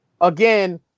again